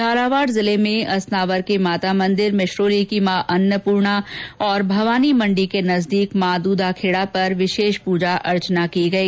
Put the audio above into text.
झालावाड़ जिले में असनावर के माता मंदिर मिश्रोली की माँ अन्नपूर्णा भवानीमंडी के नजदीक माँ दूधा खेड़ी पर विशेष पूजा अर्चना की गई